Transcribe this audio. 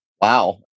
Wow